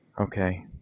Okay